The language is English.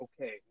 okay